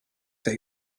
they